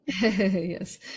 yes